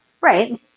right